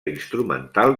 instrumental